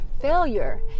failure